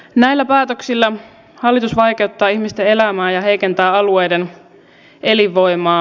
näillä päätöksillä hallitus vaikeuttaa ihmisten elämää ja heikentää alueiden elinvoimaa